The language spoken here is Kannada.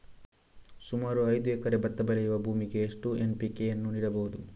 ಸುಮಾರು ಐದು ಎಕರೆ ಭತ್ತ ಬೆಳೆಯುವ ಭೂಮಿಗೆ ಎಷ್ಟು ಎನ್.ಪಿ.ಕೆ ಯನ್ನು ನೀಡಬಹುದು?